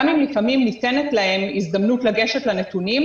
שגם אם לפעמים ניתנת להם הזדמנות לגשת לנתונים,